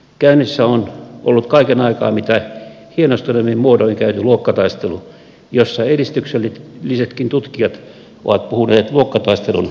käynnissä on ollut kaiken aikaa mitä hienostuneimmin muodoin käyty luokkataistelu jossa edistyksellisetkin tutkijat ovat puhuneet luokkataistelun lakkauttamisesta